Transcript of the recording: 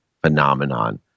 phenomenon